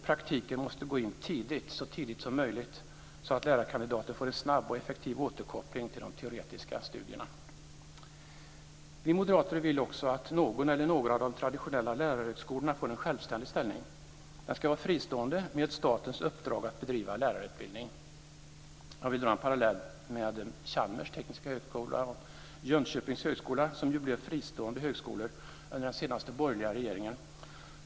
Praktiken måste komma in så tidigt som möjligt så att lärarkandidater får en snabb och effektiv återkoppling till de teoretiska studierna. Vi moderater vill också att någon eller några av de traditionella lärarhögskolorna får en självständig ställning. Den ska vara fristående med statens uppdrag att bedriva lärarutbildning. Jag vill dra en parallell med Chalmers tekniska högskola och Jönköpings högskola som ju blev fristående högskolor under den senaste borgerliga regeringen.